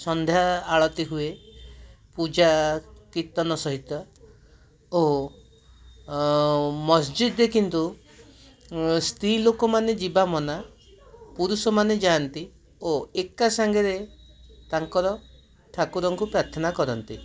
ସନ୍ଧ୍ୟା ଆଳତି ହୁଏ ପୂଜା କୀର୍ତ୍ତନ ସହିତ ଓ ମସଜିଦ କିନ୍ତୁ ସ୍ତ୍ରୀଲୋକମାନେ ଯିବା ମନା ପୁରୁଷମାନେ ଯାଆନ୍ତି ଓ ଏକାସାଙ୍ଗରେ ତାଙ୍କର ଠାକୁରଙ୍କୁ ପ୍ରାର୍ଥନା କରନ୍ତି